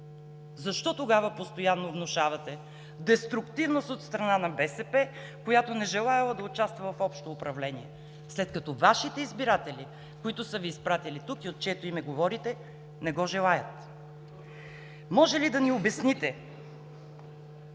Защо тогава постоянно внушавате деструктивност от страна на БСП, която не желаела да участва в общо управление, след като Вашите избиратели, които са Ви изпратили тук и от чието име говорите не го желаят? Може ли да ни обясните